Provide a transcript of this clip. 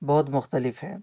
بہت مختلف ہیں